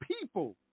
people